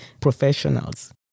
professionals